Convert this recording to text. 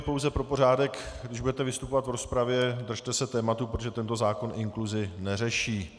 Pouze pro pořádek, když budete vystupovat v rozpravě, držte se tématu, protože tento zákon inkluzi neřeší.